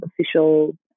official